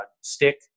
stick